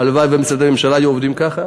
הלוואי היו עובדים ככה